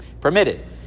permitted